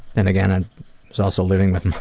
then again, i was also living with my